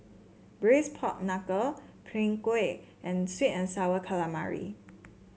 Braised Pork Knuckle Png Kueh and sweet and sour calamari